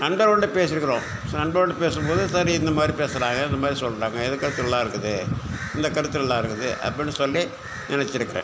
நண்பர்களோடு பேசிருக்குறோம் நண்பர்களோட்டு பேசும் போது சரி இந்த மாதிரி பேசுகிறாங்க இது மாதிரி சொல்கிறாங்க இது கருத்து நல்லாருக்குது இந்த கருத்து நல்லாருக்குது அப்படின்னு சொல்லி நினச்சிருக்கேன்